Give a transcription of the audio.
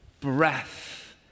breath